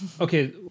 okay